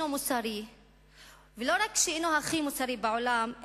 מוסרי ולא רק שאינו הכי מוסרי בעולם,